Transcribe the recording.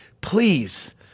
Please